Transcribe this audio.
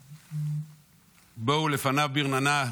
בֹּאו לפניו ברננה.